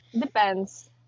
depends